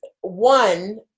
one